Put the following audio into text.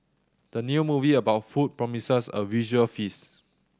the new movie about food promises a visual feast